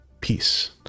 peace